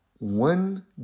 one